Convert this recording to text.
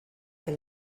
que